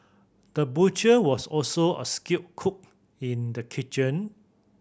the butcher was also a skilled cook in the kitchen